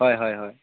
हय हय हय